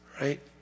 right